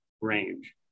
range